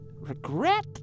Regret